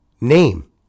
name